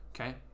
Okay